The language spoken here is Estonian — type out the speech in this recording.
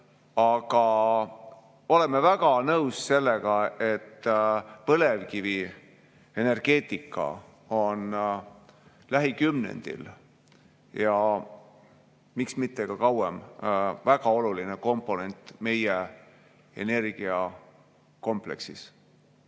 Aga oleme väga nõus sellega, et põlevkivienergeetika on lähikümnendil ja miks mitte ka kauem väga oluline komponent meie energiakomplektis.